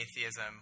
atheism